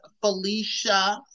Felicia